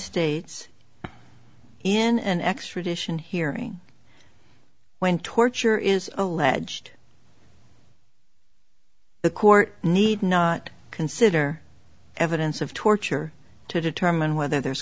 states in an extradition hearing when torture is alleged the court need not consider evidence of torture to determine whether there's